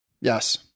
Yes